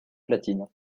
platine